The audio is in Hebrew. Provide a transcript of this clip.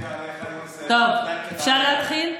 טוב, אפשר להתחיל?